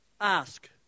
Ask